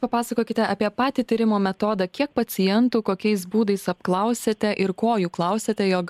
papasakokite apie patį tyrimo metodą kiek pacientų kokiais būdais apklausėte ir ko jų klausėte jog